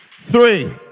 Three